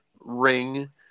ring